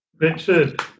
Richard